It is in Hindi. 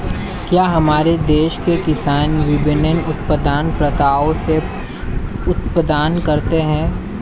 क्या हमारे देश के किसान विभिन्न उत्पादन प्रथाओ से उत्पादन करते हैं?